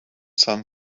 sun